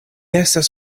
estas